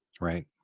right